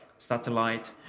satellite